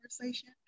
conversation